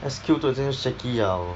S_Q 都已经在 shaky liao